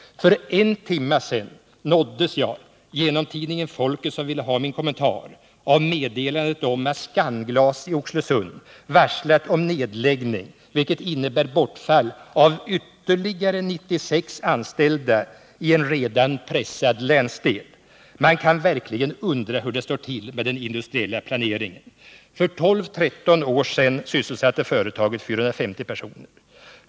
För en timme sedan nåddes jag genom tidningen Folket, som ville ha min kommentar, av meddelandet om att Scanglas i Oxelösund varslat om nedläggning, vilket innebär bortfall av ytterligare 96 anställda i en redan pressad länsdel. Man kan verkligen undra hur det står till med den industriella planeringen. För 12-13 år sedan sysselsatte företaget 450 personer.